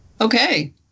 Okay